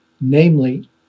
namely